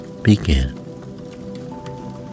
begin